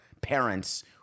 parents